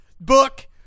book